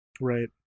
Right